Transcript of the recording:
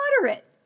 moderate